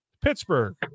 pittsburgh